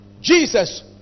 Jesus